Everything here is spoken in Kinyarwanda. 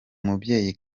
mubyeyi